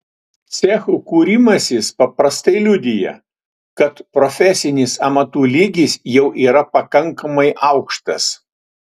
cechų kūrimasis paprastai liudija kad profesinis amatų lygis jau yra pakankamai aukštas